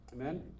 Amen